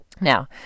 now